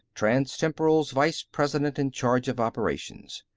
transtemporal's vice president in charge of operations.